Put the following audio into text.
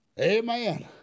Amen